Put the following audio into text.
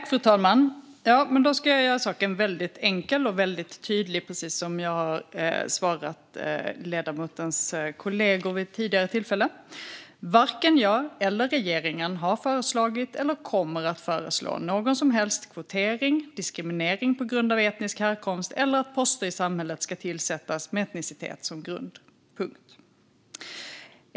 Fru talman! Då ska jag göra saken väldigt enkel och väldigt tydlig, precis som jag har svarat ledamotens kollegor vid tidigare tillfällen. Varken jag eller regeringen har föreslagit eller kommer att föreslå någon som helst kvotering, diskriminering på grund av etnisk härkomst eller att poster i samhället ska tillsättas med etnicitet som grund. Punkt.